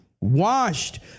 Washed